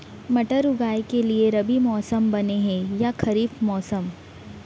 मटर उगाए के लिए रबि मौसम बने हे या खरीफ मौसम?